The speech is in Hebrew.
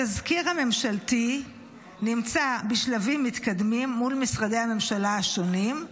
התזכיר הממשלתי נמצא בשלבים מתקדמים מול משרדי הממשלה השונים.